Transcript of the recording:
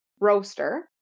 roaster